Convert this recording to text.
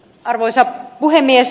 arvoisa puhemies